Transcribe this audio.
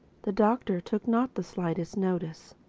the doctor took not the slightest notice.